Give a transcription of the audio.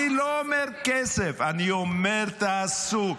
אני לא אומר כסף, אני אומר: תעשו.